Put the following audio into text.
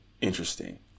interesting